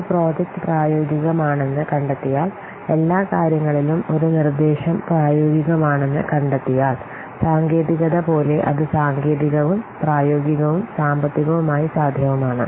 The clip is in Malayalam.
ഒരു പ്രോജക്റ്റ് പ്രായോഗികമാണെന്ന് കണ്ടെത്തിയാൽ എല്ലാ കാര്യങ്ങളിലും ഒരു നിർദ്ദേശം പ്രായോഗികമാണെന്ന് കണ്ടെത്തിയാൽ സാങ്കേതികത പോലെ അത് സാങ്കേതികവും പ്രായോഗികവും സാമ്പത്തികവുമായി സാധ്യവുമാണ്